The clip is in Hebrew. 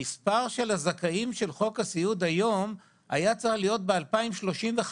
מספר הזכאים של חוק הסיעוד היום היה צריך להיות ב-2035,